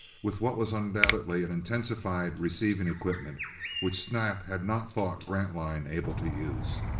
with what was undoubtedly an intensified receiving equipment which snap had not thought grantline able to use,